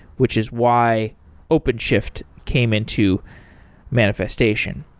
which is why openshift came into manifestation.